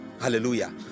hallelujah